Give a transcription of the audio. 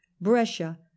Brescia